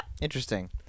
Interesting